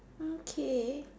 okay